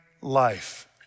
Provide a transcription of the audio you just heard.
life